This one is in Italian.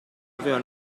aveva